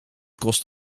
kost